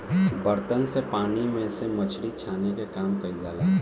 बर्तन से पानी में से मछरी छाने के काम कईल जाला